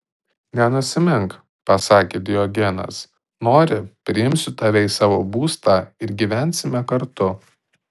nenusimink pasakė diogenas nori priimsiu tave į savo būstą ir gyvensime kartu